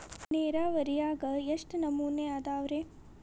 ನೇರಾವರಿಯಾಗ ಎಷ್ಟ ನಮೂನಿ ಅದಾವ್ರೇ?